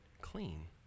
clean